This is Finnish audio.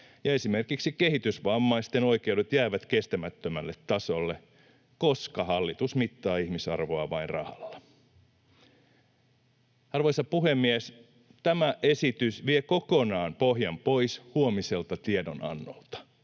esimerkiksi kehitysvammaisten oikeudet jäävät kestämättömälle tasolle, koska hallitus mittaa ihmisarvoa vain rahalla. Arvoisa puhemies! Tämä esitys vie kokonaan pohjan pois huomiselta tiedonannolta